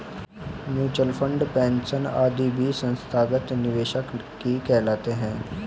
mutual fund, pension आदि भी संस्थागत निवेशक ही कहलाते हैं